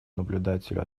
наблюдателю